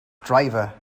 driver